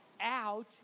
out